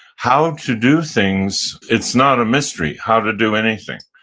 how to do things, it's not a mystery how to do anything.